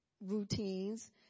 routines